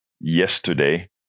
yesterday